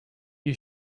you